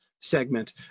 segment